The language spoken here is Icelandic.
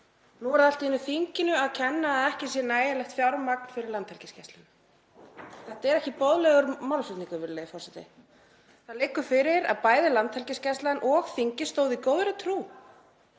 Nú er það allt í einu í þinginu að kenna að ekki sé nægjanlegt fjármagn fyrir Landhelgisgæsluna. Þetta er ekki boðlegur málflutningur, virðulegi forseti. Það liggur fyrir að bæði Landhelgisgæslan og þingið stóðu í þeirri góðu trú